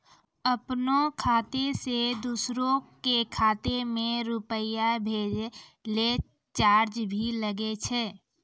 आपनों खाता सें दोसरो के खाता मे रुपैया भेजै लेल चार्ज भी लागै छै?